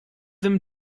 them